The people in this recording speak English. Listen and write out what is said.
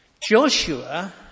Joshua